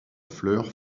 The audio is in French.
fleurs